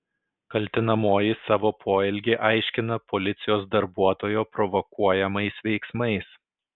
kaltinamoji savo poelgį aiškina policijos darbuotojo provokuojamais veiksmais